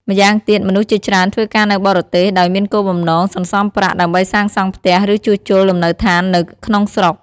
ម្យ៉ាងទៀត មនុស្សជាច្រើនធ្វើការនៅបរទេសដោយមានគោលបំណងសន្សំប្រាក់ ដើម្បីសាងសង់ផ្ទះឬជួសជុលលំនៅឋាននៅក្នុងស្រុក។